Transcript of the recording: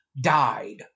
died